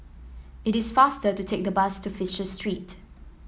it is faster to take the bus to Fisher Street